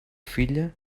filla